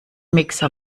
mixer